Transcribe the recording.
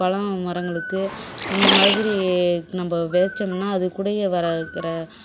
பழம் மரங்களுக்கு இந்த மாதிரி நம்ம விதச்சோம்னா அது கூடையே வர வைக்கிற